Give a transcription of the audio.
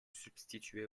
substituer